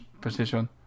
position